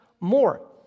more